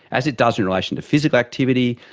as it does in relation to physical activity,